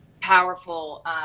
powerful